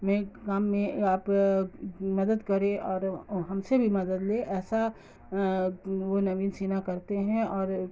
میں کام میں آپ مدد کرے اور ہم سے بھی مدد لے ایسا وہ نوین سنہا کرتے ہیں اور